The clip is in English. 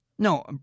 No